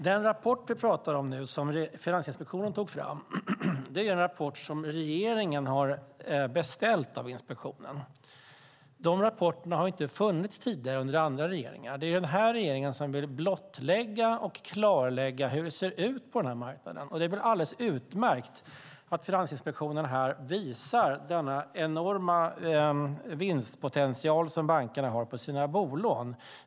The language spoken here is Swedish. Den rapport som vi pratar om nu, som Finansinspektionen tog fram, är en rapport som regeringen har beställt av inspektionen. De rapporterna har inte funnits tidigare under andra regeringar. Det är den här regeringen som vill blottlägga och klarlägga hur det ser ut på marknaden. Det är väl alldeles utmärkt att Finansinspektionen här visar den enorma vinstpotential som bankerna har på sina bolån.